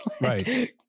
Right